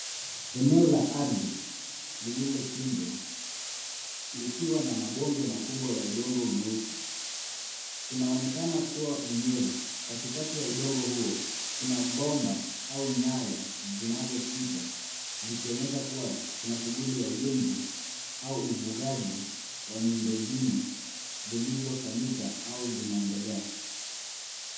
Eneo la ardhi lililochimbwa, likiwa na mabonge makubwa ya udongo wenye rangi nyeusi. Unaonekana kuwa na unyevu. Katikati ya udongo huo, kuna bomba au nyaya zinazopita, zikiashiria kuwa kuna shughuli ya ujenzi wa miundombinu zilizofanyika au zinaendelea.